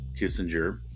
kissinger